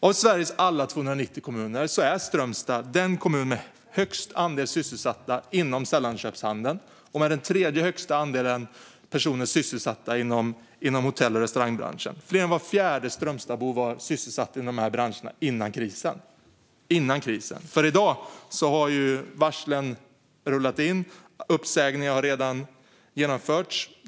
Av Sveriges alla 290 kommuner är Strömstad den kommun som har den största andelen sysselsatta inom sällanköpshandeln och den tredje största andelen personer sysselsatta inom hotell och restaurangbranschen. Fler än var fjärde Strömstadsbo var sysselsatt inom dessa branscher före krisen. I dag har varslen rullat in. Uppsägningar har redan genomförts.